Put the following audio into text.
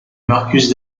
marcus